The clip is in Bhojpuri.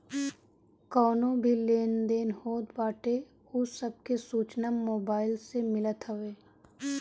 कवनो भी लेन देन होत बाटे उ सब के सूचना मोबाईल में मिलत हवे